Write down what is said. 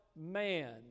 man